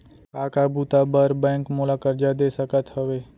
का का बुता बर बैंक मोला करजा दे सकत हवे?